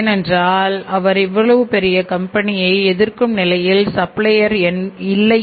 ஏனென்றால் அவர் இவ்வளவு பெரிய கம்பெனியை எதிர்க்கும் நிலையில் இல்லை